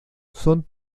son